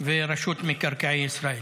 ורשות מקרקעי ישראל.